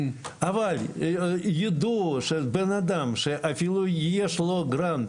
אבל ידוע שבנאדם שאפילו יש לו גנט,